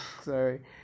sorry